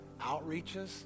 outreaches